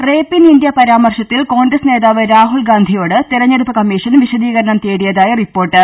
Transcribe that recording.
rape in India പരാമർശത്തിൽ കോൺഗ്രസ് നേതാവ് രാഹുൽഗാന്ധിയോട് തെരഞ്ഞെടുപ്പ് കമ്മീഷൻ വിശദീകരണം തേടി യതായി റിപ്പോർട്ട്